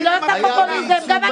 את עושה פופוליזם על חשבונן.